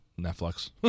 Netflix